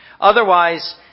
Otherwise